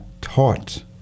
taught